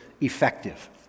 effective